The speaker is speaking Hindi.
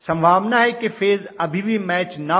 संभावना है की फेज अभी भी मैच न हो